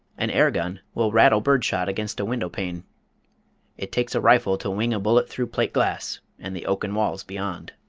an air-gun will rattle bird-shot against a window pane it takes a rifle to wing a bullet through plate glass and the oaken walls beyond.